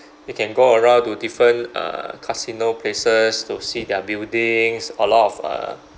you can go around to different uh casino places to see their buildings a lot of uh